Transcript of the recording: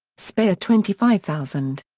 speyer twenty five thousand.